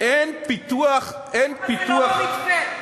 אין פיתוח, למה זה לא במתווה?